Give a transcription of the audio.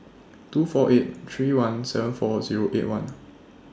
two four eight three one seven four Zero eight one